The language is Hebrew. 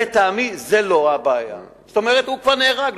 זה לא הבעיה, זאת אומרת, הוא כבר נהרג.